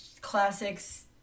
classics